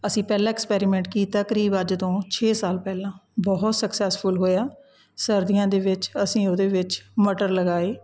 ਅਸੀਂ ਪਹਿਲਾਂ ਐਕਸਪੈਰੀਮੈਂਟ ਕੀਤਾ ਕਰੀਬ ਅੱਜ ਤੋਂ ਛੇ ਸਾਲ ਪਹਿਲਾਂ ਬਹੁਤ ਸਕਸੈੱਸਫੁਲ ਹੋਇਆ ਸਰਦੀਆਂ ਦੇ ਵਿੱਚ ਅਸੀਂ ਉਹਦੇ ਵਿੱਚ ਮਟਰ ਲਗਾਏ